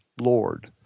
Lord